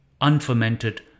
unfermented